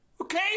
okay